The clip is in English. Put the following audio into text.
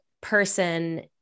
person